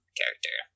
character